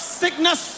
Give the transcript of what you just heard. sickness